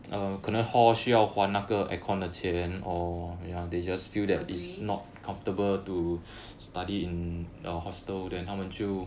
agree